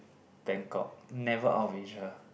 bangkok never out of Asia